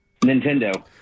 Nintendo